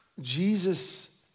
Jesus